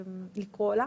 לינה,